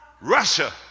Russia